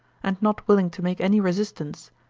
and not willing to make any resistance,